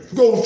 go